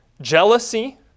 jealousy